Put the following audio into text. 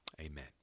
Amen